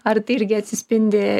ar tai irgi atsispindi